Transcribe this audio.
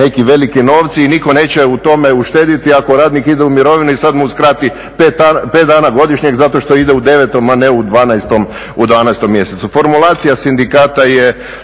neki veliki novci i nitko neće u tome uštedjeti ako radnik ide u mirovinu i sad mu uskrati 5 dana godišnjeg zato što ide u 9., a ne u 12. mjesecu.